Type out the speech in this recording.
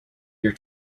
your